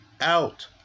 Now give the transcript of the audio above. out